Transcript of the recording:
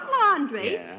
laundry